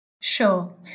Sure